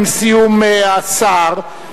עם סיום דברי השר,